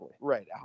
Right